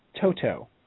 Toto